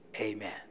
amen